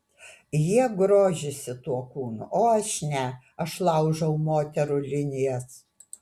jie grožisi tuo kūnu o aš ne aš laužau moterų linijas